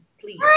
please